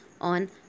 on